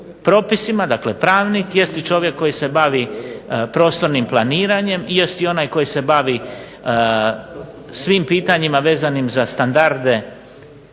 dakle pravnik, jest i čovjek koji se bavi prostornim planiranjem, jest i onaj koji se bavi svim pitanjima vezanim za standarde